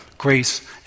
Grace